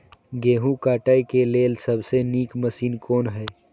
गेहूँ काटय के लेल सबसे नीक मशीन कोन हय?